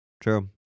true